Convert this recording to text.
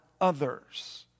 others